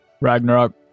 Ragnarok